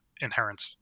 inherent